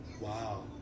Wow